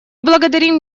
благодарим